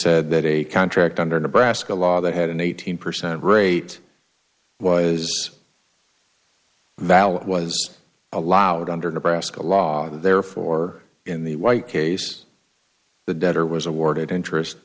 said that a contract under nebraska law that had an eighteen percent rate was valid was allowed under nebraska law and therefore in the white case the debtor was awarded interest